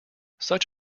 such